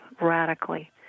radically